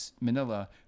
Manila